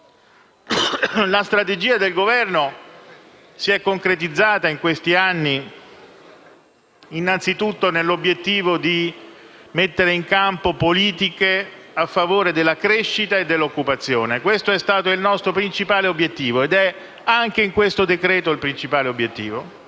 La strategia del Governo si è concretizzata in questi anni innanzitutto nell'obiettivo di mettere in campo politiche a favore della crescita e dell'occupazione: questo è stato il nostro principale obiettivo e lo è anche in questo decreto. Obiettivo